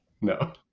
No